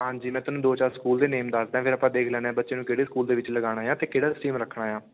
ਹਾਂਜੀ ਮੈਂ ਤੈਨੂੰ ਦੋ ਚਾਰ ਸਕੂਲ ਦੇ ਨੇਮ ਦੱਸਦਾ ਫਿਰ ਆਪਾਂ ਦੇਖ ਲੈਂਦੇ ਬੱਚੇ ਨੂੰ ਕਿਹੜੇ ਸਕੂਲ ਦੇ ਵਿੱਚ ਲਗਾਉਣਾ ਆ ਅਤੇ ਕਿਹੜਾ ਸਟਰੀਮ ਰੱਖਣਾ ਆ